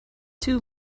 two